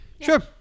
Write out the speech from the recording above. sure